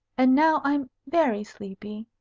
and now i am very sleepy,